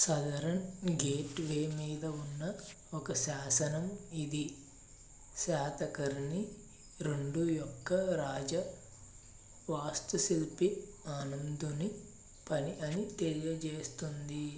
southern gateway మీద ఉన్న ఒక శాసనం ఇది శాతకర్ణి రెండు యొక్క రాజ వాస్తుశిల్పి ఆనందుని పని అని తెలియజేస్తుంది